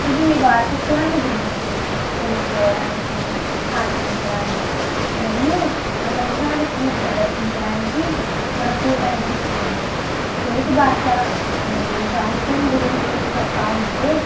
ఇది ఈ వారసత్వాన్ని గురించి తెలుసుకోవడానికి ఆచరించడానికి మరియు ప్రపంచానికి ప్రదర్శించడానికి మనకు అనుమతిస్తుంది తెలుగు భాష మరియు సాహిత్యం గురించి చెప్పాలంటే